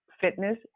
fitness